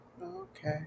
Okay